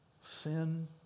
Sin